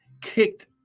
kicked